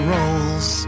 Rolls